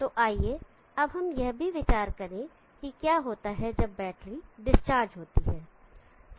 तो आइए हम यह भी विचार करें कि क्या होता है जब बैटरी डिस्चार्ज होती है